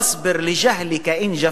פַאצְבִּר לִדַאאִכַּ אִן אָהַנְתַ טַבִּיבַּהֻ